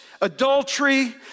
adultery